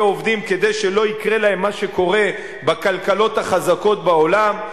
עובדים כדי שלא יקרה להם מה שקורה בכלכלות החזקות בעולם,